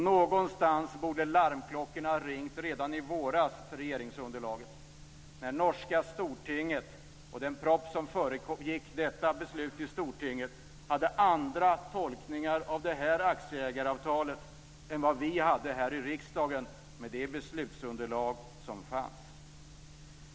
Någonstans borde larmklockorna ha ringt redan i våras för regeringsunderlaget när norska stortinget och den proposition som föregick detta beslut i stortinget hade andra tolkningar av detta aktieägaravtalet än vad vi hade här i riksdagen med det beslutsunderlag som fanns.